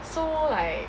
so like